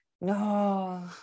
No